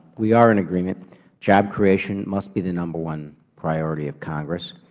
we are in agreement job creation must be the number one priority of congress.